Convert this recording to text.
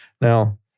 Now